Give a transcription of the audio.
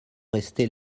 rester